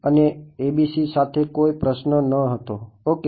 અને ABC સાથે કોઈ પ્રશ્ન ન હતો ઓકે